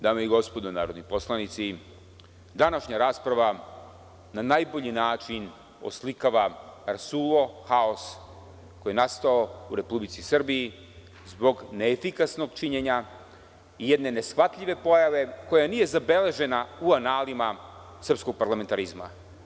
Dame i gospodo narodni poslanici, današnja rasprava na najbolji način oslikava rasulo, haos koji je nastao u Republici Srbiji zbog neefikasnog činjenja jedne neshvatljive pojave koja nije zabeležena u analima srpskog parlamentarizma.